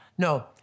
No